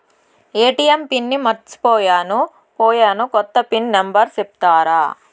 ATM pin మర్చిపోయాను పోయాను, కొత్త పిన్ నెంబర్ సెప్తారా?